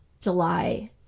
july